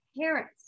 parents